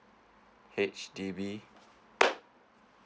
H_D_B